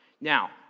Now